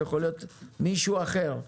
זה יכול להיות מישהו אחר.